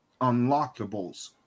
unlockables